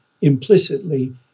implicitly